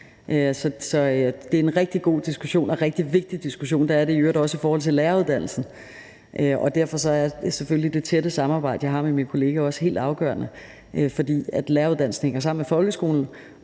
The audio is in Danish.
det er en rigtig god diskussion og en rigtig vigtig diskussion – det er det i øvrigt også i forhold til læreruddannelsen. Og derfor er det tætte samarbejde, jeg har med min kollega, selvfølgelig også helt afgørende, ikke mindst fordi læreruddannelsen hænger sammen med folkeskolen,